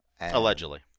Allegedly